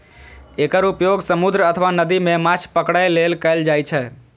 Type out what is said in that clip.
एकर उपयोग समुद्र अथवा नदी मे माछ पकड़ै लेल कैल जाइ छै